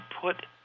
put